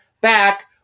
back